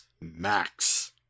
Max